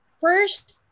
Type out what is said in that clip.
First